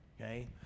Okay